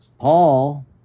Paul